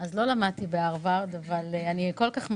לא למדתי בהרווארד, אבל אני כל כך מסכימה.